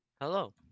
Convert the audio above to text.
Hello